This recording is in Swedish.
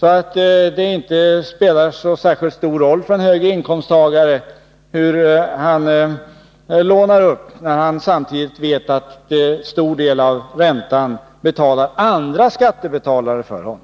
att det inte spelar så särskilt stor roll för en höginkomsttagare hur han lånar upp, när han samtidigt vet att andra skattebetalare betalar en stor del av räntan för honom.